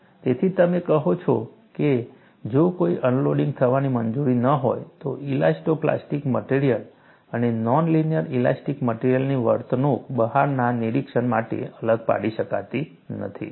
તેથી તમે કહો છો કે જો કોઈ અનલોડિંગ થવાની મંજૂરી ન હોય તો ઇલાસ્ટોપ્લાસ્ટિક મટેરીઅલ અને નોન લિનિયર ઇલાસ્ટિક મટેરીઅલની વર્તણૂક બહારના નિરીક્ષક માટે અલગ પાડી શકાતી નથી